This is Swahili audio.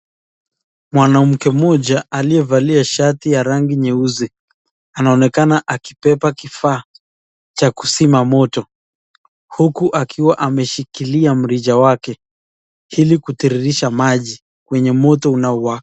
Mwanamke mmoja aliyevalia shati ya rangi nyeusi, anaonekana akibeba kifaa cha kuzima moto, huku akiwa ameshikilia mrija wake ili kutiririsha maji kwenye moto unaowaka.